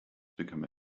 become